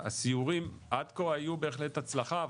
הסיורים עד כה היו בהחלט הצלחה,